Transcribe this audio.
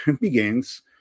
begins